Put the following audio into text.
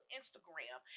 Instagram